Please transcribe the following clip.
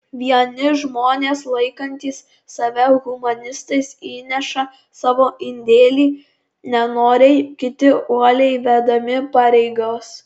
vieni žmonės laikantys save humanistais įneša savo indėlį nenoriai kiti uoliai vedami pareigos